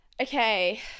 Okay